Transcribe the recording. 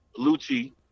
Lucci